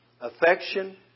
affection